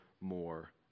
more